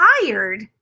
tired